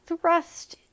thrust